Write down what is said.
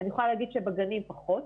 אני יכולה להגיד שבגנים פחות